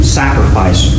sacrifice